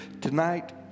Tonight